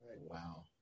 wow